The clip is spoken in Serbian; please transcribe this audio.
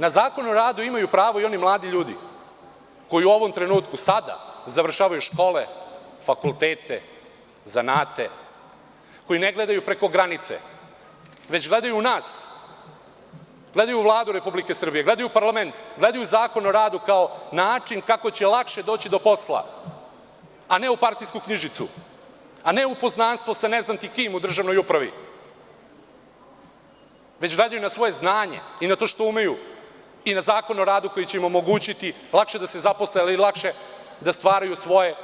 Na Zakon o radu imaju pravo i oni mladi ljudi koji u ovom trenutku, sada završavaju škole, fakultete, zanate, koji ne gledaju preko granice, već gledaju u nas, gledaju u Vladu Republike Srbije, gledaju u parlament, gledaju u Zakon o radu kao u način kako će lakše doći do posla, a ne u partijsku knjižicu, a ne u poznanstvo ne znam u državnoj upravi, već gledaju na svoje znanje i na to što umeju i na Zakon o radu koji će im omogućiti lakše da se zaposle, ali lakše da stvaraju svoje